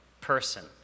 person